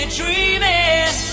dreaming